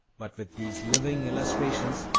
but with these living illustrations,